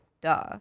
duh